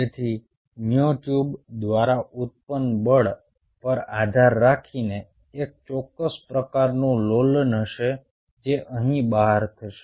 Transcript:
તેથી મ્યોટ્યુબ્સ દ્વારા ઉત્પન્ન બળ પર આધાર રાખીને એક ચોક્કસ પ્રકારનું લોલન હશે જે અહીં બહાર થશે